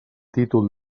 títol